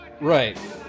Right